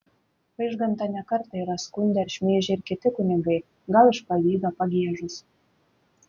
vaižgantą ne kartą yra skundę ar šmeižę ir kiti kunigai gal iš pavydo pagiežos